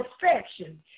perfection